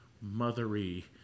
mothery